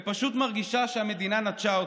ופשוט מרגישה שהמדינה נטשה אותי.